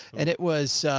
and it was,